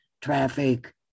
traffic